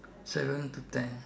seven to ten